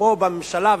ופה בממשלה,